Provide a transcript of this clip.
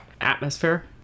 atmosphere